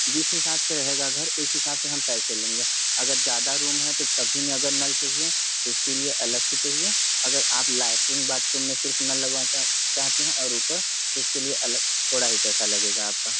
जिस हिसाब से रहेगा घर उस हिसाब से हम पैसे लेंगे अगर ज्यादा रूम है तो सभी में अगर नल चाहिए तो उसके लिए अलग से चाहिए अगर आप लैट्रिन बाथरूम में सिर्फ नल लगवाना चा चाहते हैं और ऊपर उसके लिए अलग थोड़ा ही पैसा लगेगा आपका